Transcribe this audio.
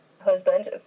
husband